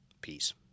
Peace